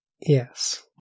Yes